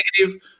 negative